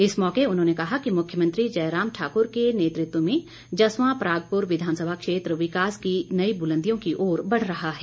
इस मौके उन्होने कहा कि मुख्यमंत्री जयराम ठाकुर के नेतृत्व में जसवा प्रागपुर विधानसभा क्षेत्र विकास की नई बुलंदियों की ओर बढ़ रहा है